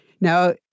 Now